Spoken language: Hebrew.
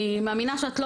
אני מאמינה שאת לא